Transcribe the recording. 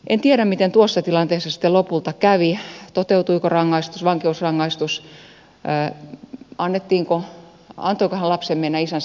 en tiedä miten tuossa tilanteessa sitten lopulta kävi toteutuiko vankeusrangaistus antoiko hän lapsen mennä isänsä kanssa